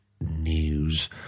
news